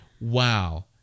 wow